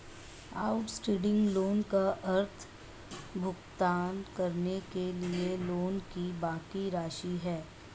outstanding loan का अर्थ भुगतान करने के लिए लोन की बाकि राशि है